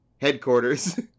Headquarters